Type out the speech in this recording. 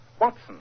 Watson